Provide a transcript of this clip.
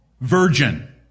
virgin